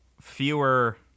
fewer